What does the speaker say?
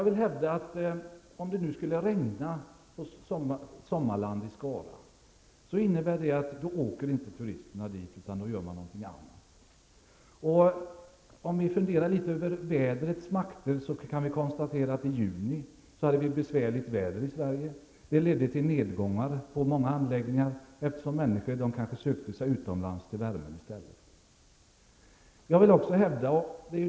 Men om det nu skulle regna i Skara, på Sommarland, innebär det att turisterna inte åker dit. Då gör de någonting annat. Om vi funderar litet över vädrets makter kan vi konstatera att vi hade besvärligt väder i Sverige i juni. Det ledde till nedgångar på många anläggningar, eftersom människor kanske sökte sig utomlands i stället, till värmen.